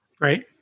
Right